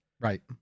right